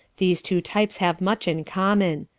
these two types have much in common.